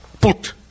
put